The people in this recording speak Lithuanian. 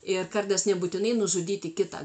ir kardas nebūtinai nužudyti kitą